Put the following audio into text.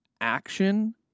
action